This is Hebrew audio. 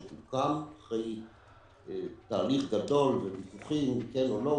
שהוקם אחרי תהליך ארוך וויכוחים אם כן לא.